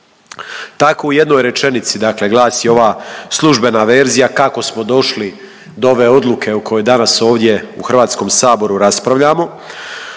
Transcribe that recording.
Tako u jednoj rečenici, dakle glasi ova službena verzija kako smo došli do ove odluke o kojoj danas ovdje u Hrvatskom saboru raspravljamo.